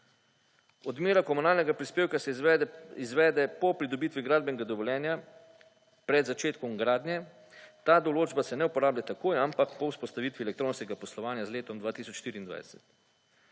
Odmera komunalnega prispevka se izvede po pridobitvi gradbenega dovoljenja pred začetkom gradnje. Ta določba se ne ne uporablja takoj, ampak po vzpostavitvi elektronskega poslovanja z letom 2024.